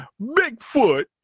Bigfoot